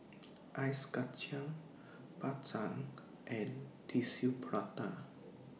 Ice Kacang Bak Chang and Tissue Prata